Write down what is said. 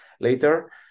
later